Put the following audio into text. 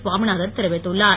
சுவாமிநாதன் தெரிவித்துள்ளார்